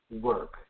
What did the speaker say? work